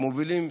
שמובילים,